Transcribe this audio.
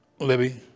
Libby